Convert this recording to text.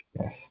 Yes